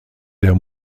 der